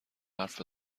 حرف